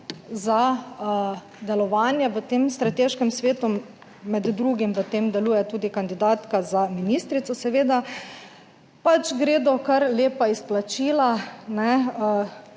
za delovanje v tem strateškem svetu, med drugim v tem deluje tudi kandidatka za ministrico. Seveda pač gredo kar lepa izplačila,